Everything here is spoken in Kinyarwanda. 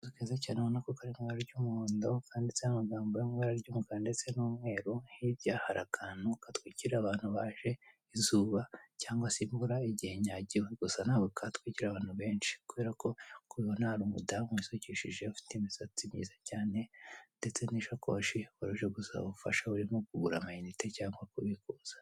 Akazu keza cyane ubona ko kari mu ibara ry'umuhondo kanditseho amagambo yo mu ibara ry'umukara ndetse n'umweru hirya hari akantu gatwikira abantu baje izuba cyangwa se imvura igihe inyagiwe. gusa ntago katwikira abantu benshi kubera nk'uko ubibona hari umudamu wisukishije ufite imisatsi myiza cyane ndetse n'ishakoshi waruje gusaba ubufasha burimo kugura ama inite cyangwa kubikuza.